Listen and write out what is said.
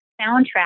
soundtrack